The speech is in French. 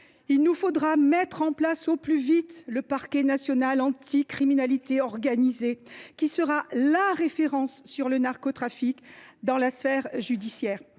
Il nous faudra mettre en place au plus vite le parquet national anti criminalité organisée, qui sera la référence en matière de narcotrafic dans la sphère judiciaire.